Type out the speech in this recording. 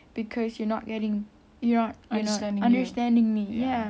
cause you're not getting you're understanding me ya